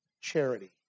charity